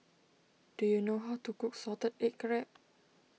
do you know how to cook Salted Egg Crab